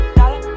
dollar